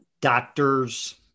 doctors